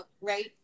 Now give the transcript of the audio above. Right